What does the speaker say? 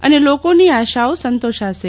અને લોકોની આશાઓ સંતોષાશે